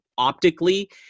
Optically